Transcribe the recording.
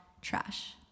trash